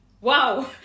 wow